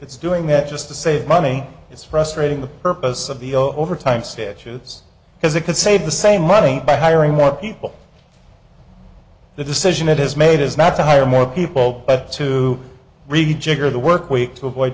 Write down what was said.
it's doing that just to save money it's frustrating the purpose of the overtime statutes because they can say the same money by hiring more people the decision it has made is not to hire more people but to rejigger the workweek to avoid